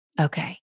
Okay